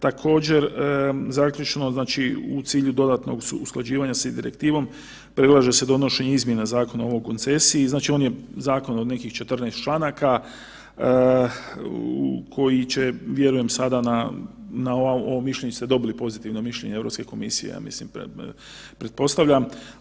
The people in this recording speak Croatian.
Također, zaključno, znači u cilju dodatnog usklađivanja s Direktivom, predlaže se donošenje izmjena Zakona o koncesiji, znači on je zakon od nekih 14 članaka, koji će, vjerujem, sada na ovo mišljenje ste dobili pozitivno mišljenje EU komisije, ja mislim, pretpostavljam.